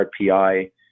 RPI